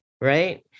right